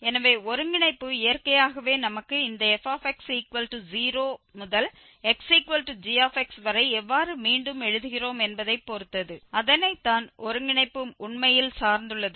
எனவே ஒருங்கிணைப்பு இயற்கையாகவே நமக்கு இந்த fx0 முதல் xg வரை எவ்வாறு மீண்டும் எழுதுகிறோம் என்பதைப் பொறுத்தது அதனை தான் ஒருங்கிணைப்பு உண்மையில் சார்ந்துள்ளது